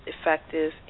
effective